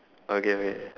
okay wait